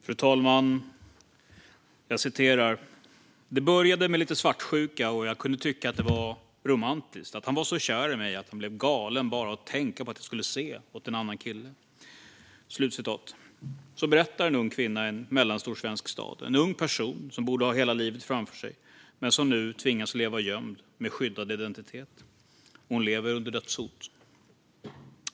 Fru talman! "Det började med lite svartsjuka, och jag kunde tycka att det var romantiskt att han var så kär i mig att han blev galen bara av att tänka på att jag bara skulle se åt en annan kille." Så berättar en ung kvinna i en mellanstor svensk stad - en ung person som borde ha hela livet framför sig men som nu tvingas att leva gömd med skyddad identitet. Hon lever under dödshot.